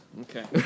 Okay